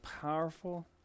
powerful